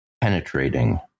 penetrating